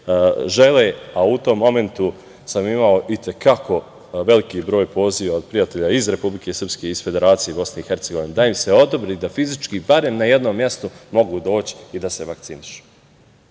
žele, a u tom momentu sam imao i te kako veliki broj poziva od prijatelja iz Republike Srpske i iz Federacije Bosne i Hercegovine, da im se odobri da fizički, barem na jednom mestu mogu da dođu i da se vakcinišu. Presrećan